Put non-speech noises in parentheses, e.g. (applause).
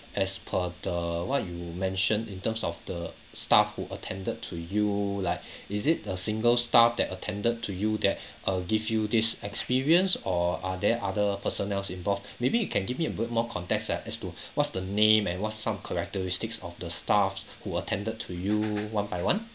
as per the what you mentioned in terms of the staff who attended to you like (breath) is it a single staff that attended to you that (breath) uh give you this experience or are there other personnels involved (breath) maybe you can give me a bit more context ah as to (breath) what's the name and what some characteristics of the staffs (breath) who attended to you one by one